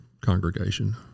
congregation